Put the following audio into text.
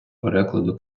перекладу